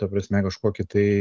ta prasme kažkokį tai